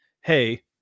hey